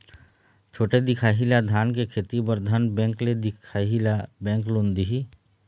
छोटे दिखाही ला धान के खेती बर धन बैंक ले दिखाही ला बैंक लोन दिही?